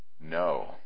No